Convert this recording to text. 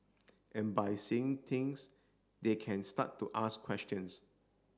and by seeing things they can start to ask questions